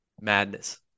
madness